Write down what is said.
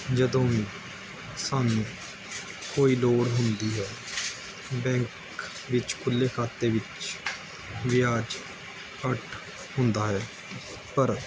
ਜਦੋਂ ਵੀ ਸਾਨੂੰ ਕੋਈ ਲੋੜ ਹੁੰਦੀ ਹੈ ਬੈਂਕ ਵਿੱਚ ਖੁੱਲ੍ਹੇ ਖ਼ਾਤੇ ਵਿੱਚ ਵਿਆਜ ਘੱਟ ਹੁੰਦਾ ਹੈ ਪਰ